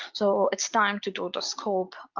so it's time to do the scope